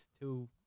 two